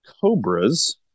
cobras